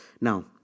Now